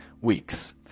weeks